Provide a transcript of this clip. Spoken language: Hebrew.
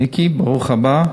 מיקי, ברוך הבא,